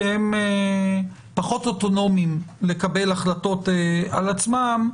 כי הם פחות אוטונומיים לקבל החלטות על עצמם?